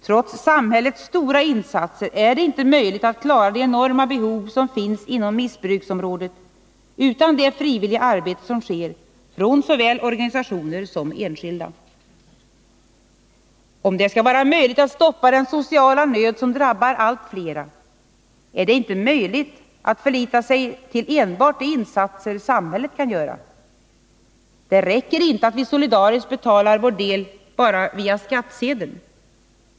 Trots samhällets stora insatser är det inte möjligt att klara de enorma behov som finns inom missbruksområdet utan det frivilliga arbete som sker från såväl organisationer som enskilda. Om det skall vara möjligt att stoppa den sociala nöd som drabbar allt flera är det inte möjligt att förlita sig till enbart de insatser samhället kan göra. Det räcker inte att vi solidariskt betalar vår del via skattsedeln.